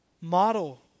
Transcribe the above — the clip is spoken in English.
Model